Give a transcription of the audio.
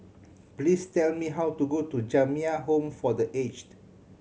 please tell me how to go to Jamiyah Home for The Aged